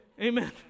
Amen